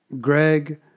Greg